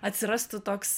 atsirastų toks